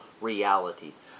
realities